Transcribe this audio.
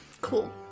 Cool